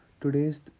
today's